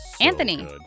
Anthony